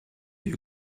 you